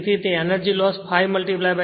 તેથી તે energy loss 5 0